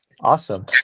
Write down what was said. Awesome